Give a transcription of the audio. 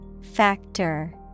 Factor